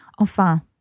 Enfin